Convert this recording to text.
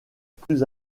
plus